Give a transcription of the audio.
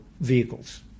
vehicles